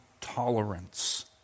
tolerance